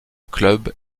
club